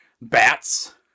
Bats